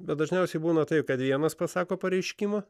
bet dažniausiai būna taip kad vienas pasako pareiškimą